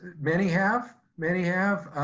many have, many have,